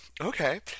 Okay